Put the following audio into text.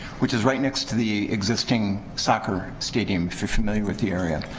which is right next to the existing soccer stadium, if you're familiar with the area.